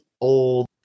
old